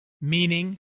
meaning